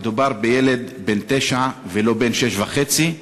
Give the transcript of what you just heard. מדובר בילד בן תשע ולא בן שש וחצי,